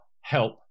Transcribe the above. help